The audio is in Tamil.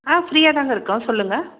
ஆ ஃப்ரீயாக தாங்க இருக்கோம் சொல்லுங்கள்